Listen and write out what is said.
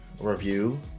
review